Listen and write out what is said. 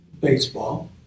baseball